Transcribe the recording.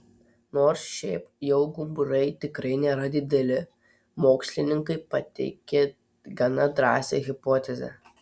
nors šiaip jau gumburai tikrai nėra dideli mokslininkai pateikė gana drąsią hipotezę